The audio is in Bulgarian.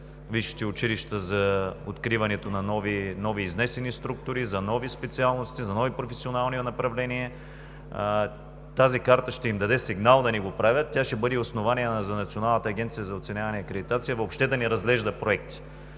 висшите училища за откриването на нови изнесени структури, за нови специалности, за нови професионални направления. Тази карта ще им даде сигнал да не го правят. Тя ще бъде и основание за Националната агенция за оценяване и акредитация въобще да не разглежда проекти.